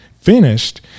finished